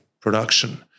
production